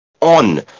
on